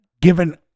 given